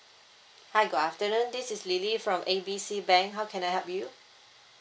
hi good afternoon this is lily from A B C bank how can I help you